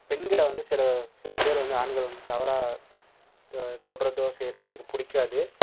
பெண்களை வந்து சில சில பேர் வந்து ஆண்கள் வந்து தவறாக தொடுறதோ செய்யறதோ எனக்கு பிடிக்காது